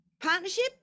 Partnership